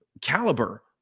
caliber